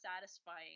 satisfying